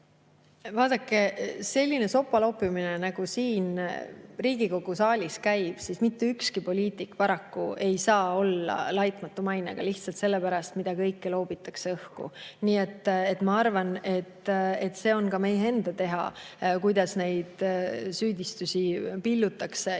Vaadake, kui selline sopaloopimine siin Riigikogu saalis käib, siis mitte ükski poliitik ei saa paraku olla laitmatu mainega, lihtsalt sellepärast, mida kõike õhku loobitakse. Ma arvan, et see on ka meie enda teha, kuidas neid süüdistusi pillutakse.